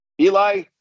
Eli